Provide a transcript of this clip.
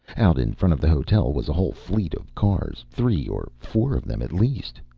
out in front of the hotel was a whole fleet of cars three or four of them, at least.